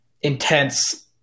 intense